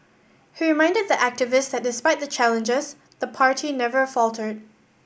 he reminded the activists that despite the challenges the party never faltered